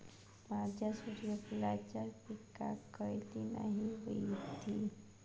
माझ्या सूर्यफुलाच्या पिकाक खयली माती व्हयी?